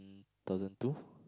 thousand two